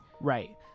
Right